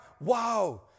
Wow